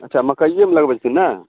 अच्छा मकइयो लगबै छथिन ने